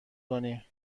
کنی